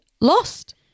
lost